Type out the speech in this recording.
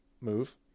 move